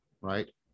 right